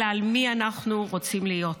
אלא על מי אנחנו רוצים להיות.